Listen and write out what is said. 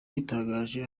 bitangaje